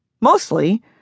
Mostly